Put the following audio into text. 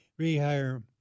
rehire